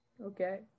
Okay